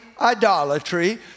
idolatry